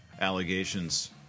allegations